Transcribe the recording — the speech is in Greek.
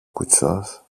κουτσός